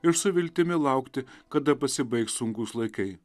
ir su viltimi laukti kada pasibaigs sunkūs laikai